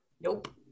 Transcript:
Nope